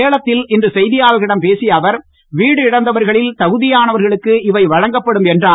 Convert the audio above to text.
சேலத்தில் இன்று செய்தியாளர்களிடம் பேசிய அவர் வீடிழந்தவர்களில் தகுதியானவர்களுக்கு இவை வழங்கப்படும் என்று கூறினார்